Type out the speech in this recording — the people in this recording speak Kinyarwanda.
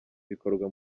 bikorwa